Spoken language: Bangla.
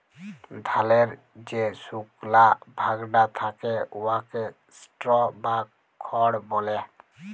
ধালের যে সুকলা ভাগটা থ্যাকে উয়াকে স্ট্র বা খড় ব্যলে